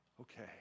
okay